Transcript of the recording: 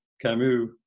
Camus